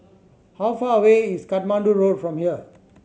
how far away is Katmandu Road from here